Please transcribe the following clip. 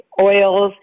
oils